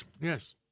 Yes